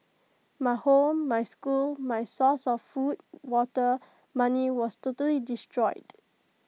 my home my school my source of food water money was totally destroyed